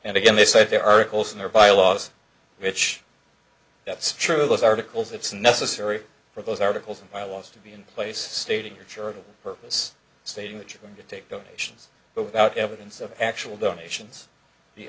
and again they said there are holes in their bylaws which that's true those articles it's necessary for those articles and bylaws to be in place stating your church purpose stating that you're going to take donations but without evidence of actual donations the